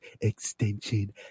extension